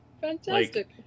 fantastic